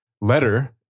letter